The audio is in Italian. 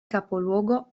capoluogo